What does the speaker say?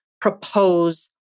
propose